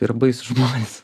ir baisūs žmonės